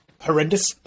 Horrendous